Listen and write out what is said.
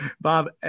bob